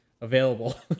available